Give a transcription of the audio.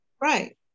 Right